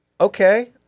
Okay